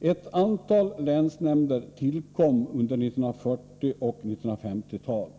Ett antal länsnämnder tillkom under 1940 och 1950-talen.